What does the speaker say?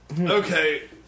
Okay